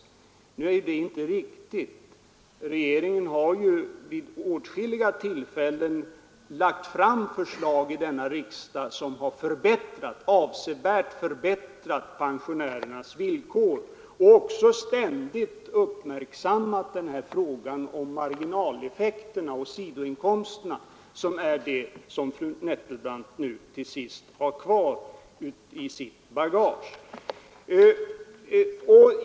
Nu är det inte riktigt. Regeringen har vid åtskilliga tillfällen lagt fram förslag i riksdagen som har avsevärt förbättrat pensionärernas villkor och också ständigt uppmärksammat frågan om marginaleffekterna och sidoinkomsterna, som är vad fru Nettelbrandt nu till sist har kvar i sitt bagage.